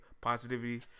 Positivity